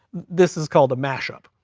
this is called a mashup,